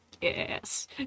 yes